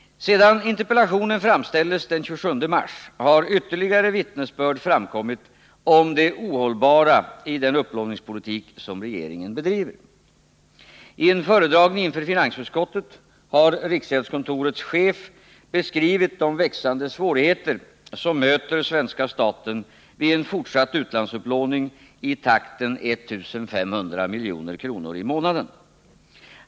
Sedan interpellationen framställdes den 27 mars har ytterligare vittnesbörd framkommit om det ohållbara i den upplåningspolitik som regeringen bedriver. Vid en föredragning inför finansutskottet har riksgäldskontorets chef beskrivit de växande svårigheter som möter svenska staten vid en fortsatt utlandsupplåning i takten 1 500 milj.kr. i månaden.